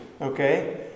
Okay